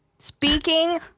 speaking